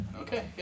Okay